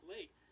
Lake